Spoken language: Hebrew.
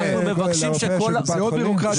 אנחנו מבקשים שכל ה"בלבד"